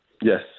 yes